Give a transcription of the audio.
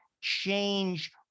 change